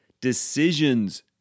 Decisions